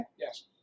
Yes